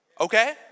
okay